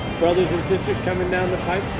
brothers and sisters coming down the pipe